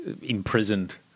imprisoned